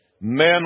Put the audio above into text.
men